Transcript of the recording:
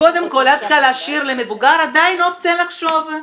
קודם כל את צריכה להשאיר למבוגר עדיין אופציה לחשוב.